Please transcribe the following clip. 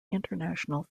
international